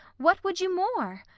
what would you more?